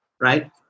Right